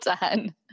done